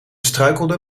struikelde